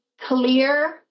clear